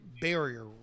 barrier